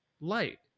light